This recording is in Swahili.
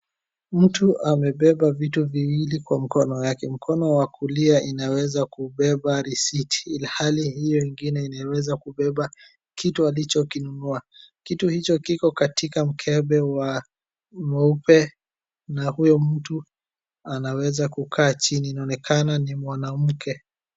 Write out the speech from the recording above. Mtu amebeba vitu viwili kwa mkono yake. Mkono wa kulia inaweza kubeba risiti ilhali hio ingine inaweza kubeba kitu alichokinunua. Kitu hicho kiko katika mkebe wa, mweupe na huyo mtu anaweza kukaa chini. Inaonekana ni mwanamke.